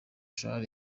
sall